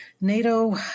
NATO